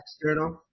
external